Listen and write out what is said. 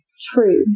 true